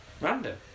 Random